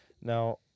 Now